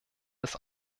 des